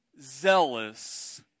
zealous